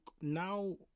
now